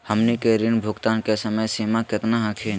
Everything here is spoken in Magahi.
हमनी के ऋण भुगतान के समय सीमा केतना हखिन?